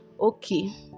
okay